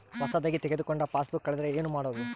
ಹೊಸದಾಗಿ ತೆಗೆದುಕೊಂಡ ಪಾಸ್ಬುಕ್ ಕಳೆದರೆ ಏನು ಮಾಡೋದು?